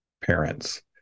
parents